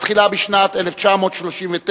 מתחיל בשנת 1939,